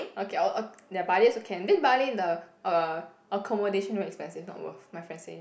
okay ya Bali also can then Bali the uh accommodation very expensive not worth my friend say